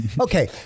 okay